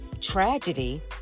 tragedy